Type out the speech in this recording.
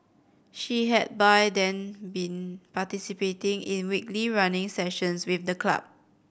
she had by then been participating in weekly running sessions with the club